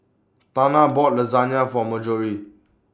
Tana bought Lasagne For Marjorie